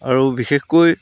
আৰু বিশেষকৈ